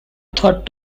thought